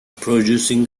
producing